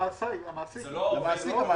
זה לא העובד.